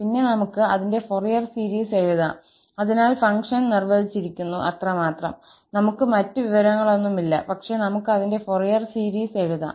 പിന്നെ നമുക്ക് അതിന്റെ ഫൊറിയർ സീരീസ് എഴുതാം അതിനാൽ ഫംഗ്ഷൻ നിർവ്വചിച്ചിരിക്കുന്നു അത്രമാത്രം നമുക് മറ്റ് വിവരങ്ങളൊന്നുമില്ല പക്ഷേ നമുക്ക് അതിന്റെ ഫോറിയർ സീരീസ് എഴുതാം